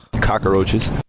cockroaches